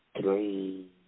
three